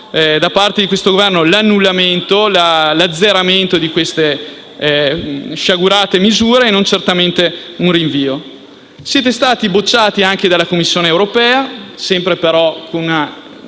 da parte del Governo, l'azzeramento di queste sciagurate misure, non certamente un rinvio. Siete stati bocciati anche dalla Commissione europea, sempre, però, con un